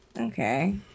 okay